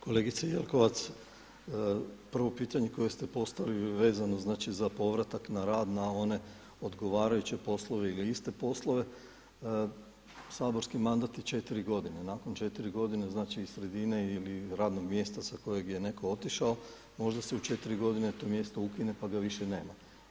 Kolegice Jelkovac, prvo pitanje koje ste postavili vezano znači za povratak na rad na one odgovarajuće poslove ili iste poslove, saborski mandat je 4 godine, nakon 4 godine znači iz sredine ili radnog mjesta sa kojeg je netko otišao možda se u 4 godine to mjesto ukine pa ga više nema.